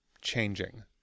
changing